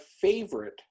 favorite